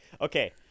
okay